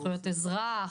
זכויות אזרח,